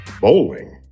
bowling